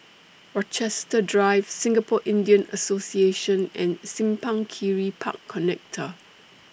Rochester Drive Singapore Indian Association and Simpang Kiri Park Connector